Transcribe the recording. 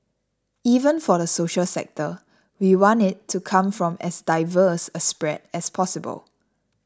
even for the social sector we want it to come from as diverse a spread as possible